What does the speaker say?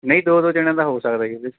ਨਹੀਂ ਦੋ ਦੋ ਜਣਿਆ ਦਾ ਹੋ ਸਕਦਾ ਜੀ ਉਹਦੇ 'ਚ